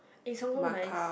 is Hong-Kong nice